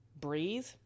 breathe